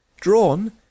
drawn